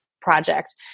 project